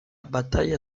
battaglia